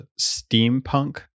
steampunk